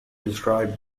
described